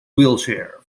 wheelchair